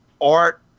art